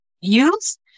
use